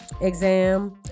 exam